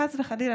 חס וחלילה,